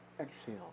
Exhale